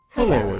Hello